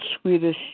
Swedish